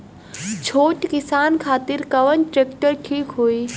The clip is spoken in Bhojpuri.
छोट किसान खातिर कवन ट्रेक्टर ठीक होई?